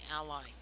ally